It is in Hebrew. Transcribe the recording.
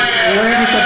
הוא אוהב את,